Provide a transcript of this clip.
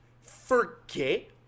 forget